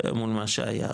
מול מה שהיה,